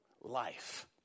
life